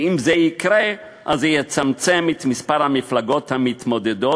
ואם זה יקרה, זה יצמצם את מספר המפלגות המתמודדות,